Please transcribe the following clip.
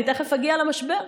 אני תכף אגיע למשבר,